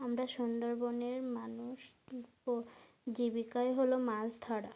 আমরা সুন্ডরবনের মানুষ জীবিকাই হলো মাছ ধরা